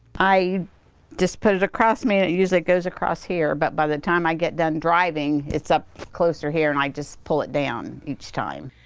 i just put it across me and usually goes across here. but by the time i get done driving, it's up closer here and i pull it down each time.